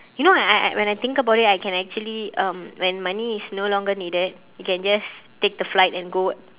you know I I when I think about it I can actually um when money is no longer needed you can just take the flight and go